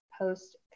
post